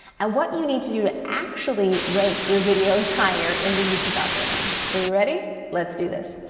and what you need to do to actually rank your videos higher in the youtube algorithm. so, you ready? let's do this.